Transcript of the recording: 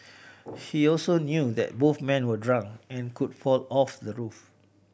he also knew that both men were drunk and could fall off the roof